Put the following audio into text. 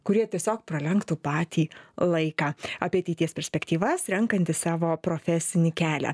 kurie tiesiog pralenktų patį laiką apie ateities perspektyvas renkantis savo profesinį kelią